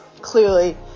clearly